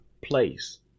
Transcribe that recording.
place